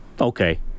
okay